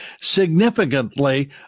significantly